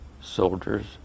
soldiers